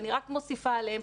אני רק מוסיפה לדבריהם: